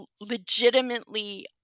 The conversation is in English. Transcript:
legitimately